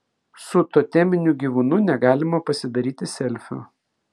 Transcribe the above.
su toteminiu gyvūnu negalima pasidaryti selfio